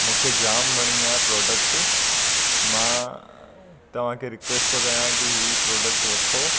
मूंखे जाम वणी आहे प्रोडक्ट मां तव्हांखे रिक्वेस्ट थो कयां की हीउ प्रोडक्ट वठो